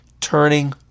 turning